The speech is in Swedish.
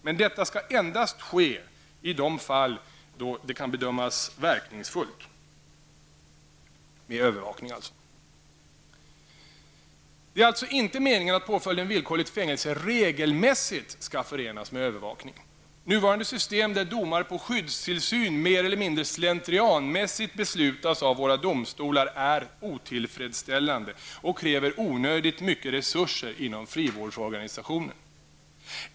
Men detta skall ske endast i de fall då detta kan bedömas bli verkningsfullt. Det är alltså inte meningen att påföljden villkorligt fängelse regelmässigt skall förenas med övervakning. Nuvarande system där domar på skyddstillsyn mer eller mindre slentrianmässigt beslutas av våra domstolar, är otillfredsställande och kräver onödigt mycket resurser inom frivårdsorganisationen.